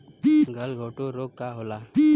गलघोंटु रोग का होला?